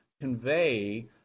convey